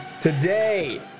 today